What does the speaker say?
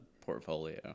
portfolio